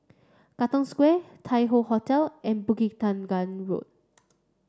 Katong Square Tai Hoe Hotel and Bukit Tunggal Road